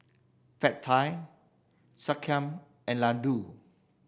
Pad Thai Sekihan and Ladoo